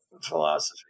philosophy